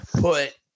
put